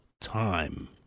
time